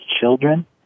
children